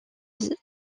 vie